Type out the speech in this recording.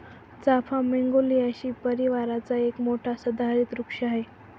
चाफा मॅग्नोलियासी परिवाराचा एक मोठा सदाहरित वृक्ष आहे